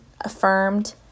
affirmed